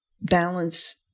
balance